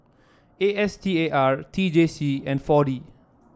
A S T A R T J C and Four D